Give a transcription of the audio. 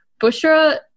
Bushra